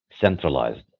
centralized